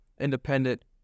independent